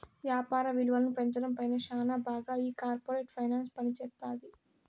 యాపార విలువను పెంచడం పైన శ్యానా బాగా ఈ కార్పోరేట్ ఫైనాన్స్ పనిజేత్తది